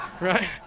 Right